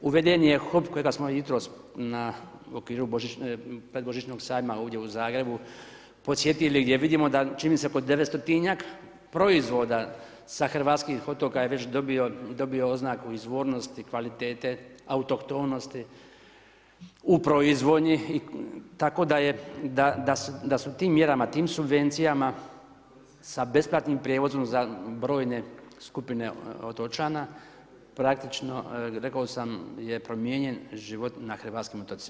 uveden je HOP kojeg smo jutros na okviru predbožićnog sajma ovdje u Zagrebu, podsjetili, gdje vidimo, čini mi se po 900 proizvoda sa hrvatskim otoka je već dobio oznaku izvornosti, kvalitete, autohtonosti u proizvoljni, tako da su tim mjerama, tim subvencijama, sa besplatnim prijevozom za brojne skupine otočana, praktično, rekao sam gdje je promijenjen život na hrvatskim otocima.